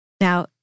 Now